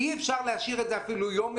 אי אפשר להשאיר את זה אפילו יום אחד.